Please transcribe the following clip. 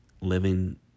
living